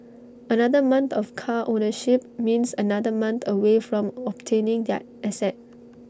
another month of car ownership means another month away from obtaining that asset